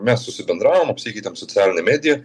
mes susibendravom apsikeitėm socialine medija